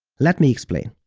let me explain.